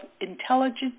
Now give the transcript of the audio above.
intelligence